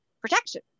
protection